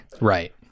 Right